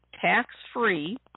tax-free